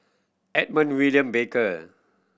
Edmund William Barker